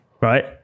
right